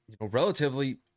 relatively